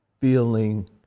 feeling